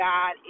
God